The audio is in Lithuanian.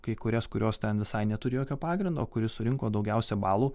kai kurias kurios ten visai neturi jokio pagrindo kuri surinko daugiausiai balų